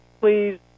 please